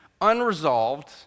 unresolved